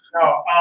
no